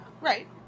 right